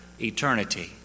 eternity